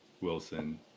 Wilson